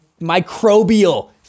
microbial